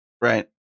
Right